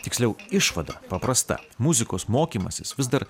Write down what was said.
tiksliau išvada paprasta muzikos mokymasis vis dar